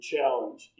challenge